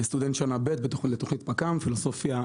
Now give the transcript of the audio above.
סטודנט שנה ב' בתוכנית חינוכית פילוסופיה,